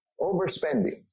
overspending